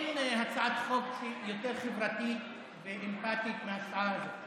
אין הצעת חוק יותר חברתית ואמפתית מההצעה הזאת.